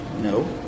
No